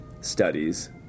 studies